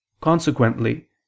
Consequently